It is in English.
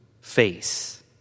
face